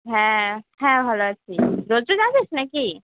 হ্যাঁ হ্যাঁ ভালো আছি রোজ রোজ আসিস না কি